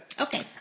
Okay